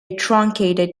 truncated